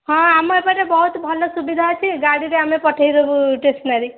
ହଁ ଆମ ଏପଟେ ବହୁତ ଭଲ ସୁବିଧା ଅଛି ଗାଡ଼ିରେ ଆମେ ପଠାଇଦେବୁ ଟେସ୍ନାରୀ